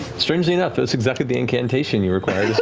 strangely enough, that's exactly the incantation you require